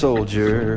Soldier